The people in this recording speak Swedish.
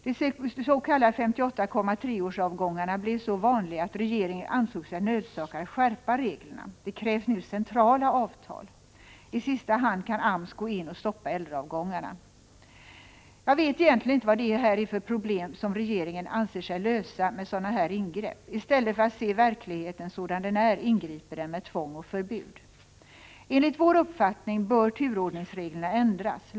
De s.k. 58,3-årsavgångarna blev så vanliga att regeringen ansåg sig nödsakad att skärpa reglerna. Det krävs nu centrala avtal. I sista hand kan AMS gå in och stoppa äldreavgångarna. Jag vet egentligen inte vad det är för problem som regeringen anser sig lösa med sådana här ingrepp. I stället för att se verkligheten sådan den är ingriper den med tvång och förbud. Enligt vår uppfattning bör turordningsreglerna ändras.